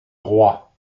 roi